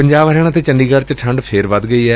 ਪੰਜਾਬ ਹਰਿਆਣਾ ਤੇ ਚੰਡੀਗੜ ਚ ਠੰਢ ਫਿਰ ਵਧ ਗਈ ਏ